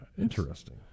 Interesting